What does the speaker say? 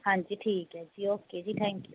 ਹਾਂਜੀ ਠੀਕ ਹੈ ਜੀ ਓਕੇ ਥੈਂਕ ਯੂ